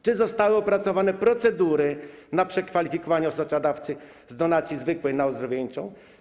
Czy zostały opracowane procedury przekwalifikowania osocza dawcy z donacji zwykłej na ozdrowieńczą?